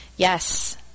Yes